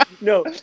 no